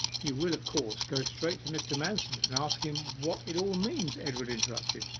you will, of course, go straight to mr. manston, and ask him what it all means edward interrupted.